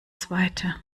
zweite